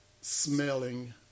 smelling